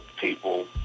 people